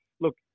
Look